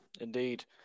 Indeed